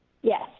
Yes